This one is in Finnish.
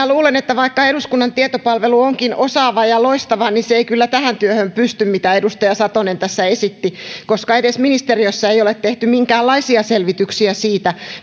luulen että vaikka eduskunnan tietopalvelu onkin osaava ja ja loistava niin se ei kyllä tähän työhön pysty mitä edustaja satonen tässä esitti koska edes ministeriössä ei ole tehty minkäänlaisia selvityksiä siitä